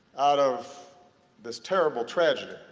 out of this terrible tragedy,